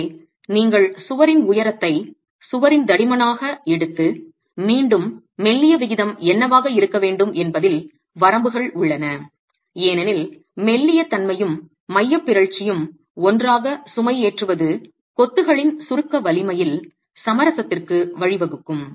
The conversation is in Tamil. எனவே நீங்கள் சுவரின் உயரத்தை சுவரின் தடிமனாக எடுத்து மீண்டும் மெல்லிய விகிதம் என்னவாக இருக்க வேண்டும் என்பதில் வரம்புகள் உள்ளன ஏனெனில் மெல்லிய தன்மையும் மையப் பிறழ்ச்சியும் ஒன்றாக சுமைஏற்றுவது கொத்துகளின் சுருக்க வலிமையில் சமரசத்திற்கு வழிவகுக்கும்